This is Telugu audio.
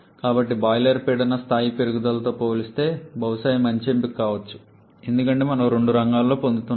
కాబట్టి బాయిలర్ పీడన స్థాయి పెరుగుదలతో పోలిస్తే బహుశా ఇది మంచి ఎంపిక కావచ్చు ఎందుకంటే మనము రెండు రంగాలలో పొందుతున్నాము